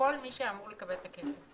לכל מי שאמור לקבל את הכסף.